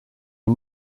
are